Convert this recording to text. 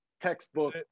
textbook